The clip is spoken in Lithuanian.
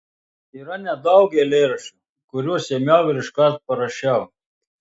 yra nedaug eilėraščių kuriuos ėmiau ir iškart parašiau